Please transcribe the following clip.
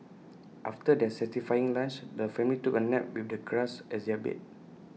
after their satisfying lunch the family took A nap with the grass as their bed